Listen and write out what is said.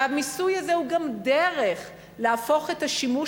והמיסוי הזה הוא גם דרך להפוך את השימוש